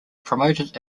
promoted